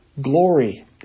Glory